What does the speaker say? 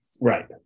Right